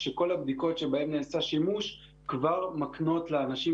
כשכל הבדיקות שבהן נעשה שימוש כבר מקנות לאנשים